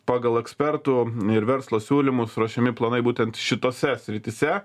pagal ekspertų ir verslo siūlymus ruošiami planai būtent šitose srityse